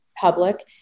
public